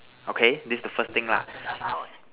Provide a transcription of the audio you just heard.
okay this is the first thing lah